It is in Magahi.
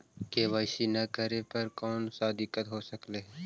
के.वाई.सी न करे पर कौन कौन दिक्कत हो सकले हे?